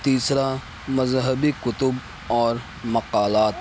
تیسرا مذہبی کتب اور مقالات